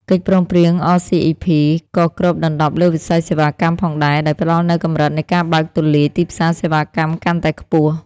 កិច្ចព្រមព្រៀង អ សុី អុី ភី(RCEP) ក៏គ្របដណ្តប់លើវិស័យសេវាកម្មផងដែរ ដោយផ្តល់នូវកម្រិតនៃការបើកទូលាយទីផ្សារសេវាកម្មកាន់តែខ្ពស់។